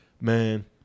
Man